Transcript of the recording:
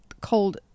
cold